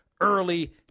early